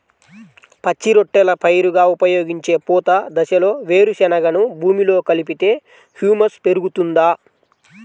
పచ్చి రొట్టెల పైరుగా ఉపయోగించే పూత దశలో వేరుశెనగను భూమిలో కలిపితే హ్యూమస్ పెరుగుతుందా?